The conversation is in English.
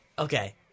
Okay